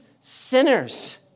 sinners